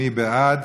מי בעד?